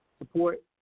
support